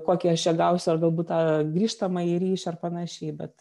kokį aš čia gausiu ar galbūt tą grįžtamąjį ryšį ar panašiai bet